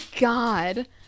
god